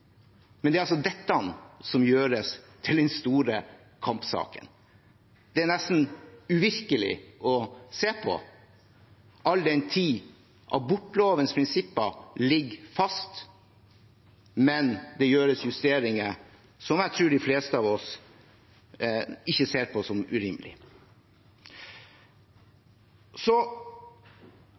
Men det er dette som gjøres til den store kampsaken. Det er nesten uvirkelig å se på – all den tid abortlovens prinsipper ligger fast, men det gjøres justeringer som jeg tror de fleste av oss ikke ser på som